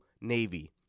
Navy